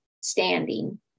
standing